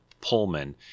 Pullman